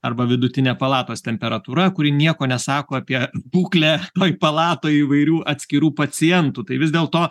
arba vidutinė palatos temperatūra kuri nieko nesako apie būklę toj palatoj įvairių atskirų pacientų tai vis dėlto